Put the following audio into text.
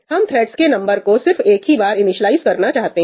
हम थ्रेड्स के नंबर को सिर्फ एक ही बार इनिस्लाइज करना चाहते हैं